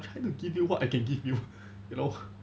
I try to give you what I can give you you know